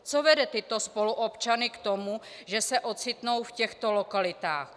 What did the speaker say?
Co vede tyto spoluobčany k tomu, že se ocitnou v těchto lokalitách?